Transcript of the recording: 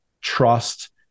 trust